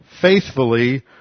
faithfully